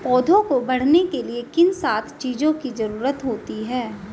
पौधों को बढ़ने के लिए किन सात चीजों की जरूरत होती है?